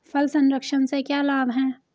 फल संरक्षण से क्या लाभ है?